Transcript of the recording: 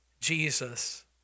Jesus